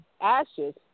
ashes